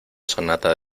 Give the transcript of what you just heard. sonata